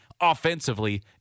offensively